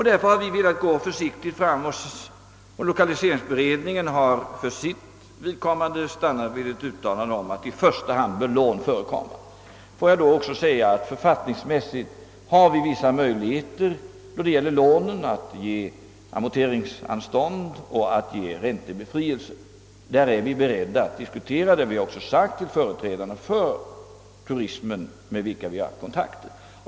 Därför har vi velat gå försiktigt fram, och lokaliseringsberedningen har för sitt vidkommande stannat för ett uttalande att i första hand bör lån förekomma. Då det gäller lån har vi författningsmässigt vissa möjligheter att ge amorteringsanstånd och räntebefrielse. Vi är beredda att diskutera dylika åtgärder, och detta har också framhållits för de företrädare för turismen med vilka vi har haft kontakt.